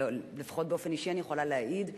לפחות באופן אישי אני יכולה להעיד,